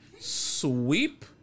sweep